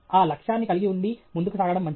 ఆ లక్ష్యాన్ని కలిగి ఉండి ముందుకు సాగడం మంచిది